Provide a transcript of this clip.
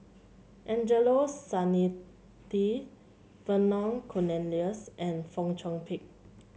Angelo Vernon Cornelius and Fong Chong Pik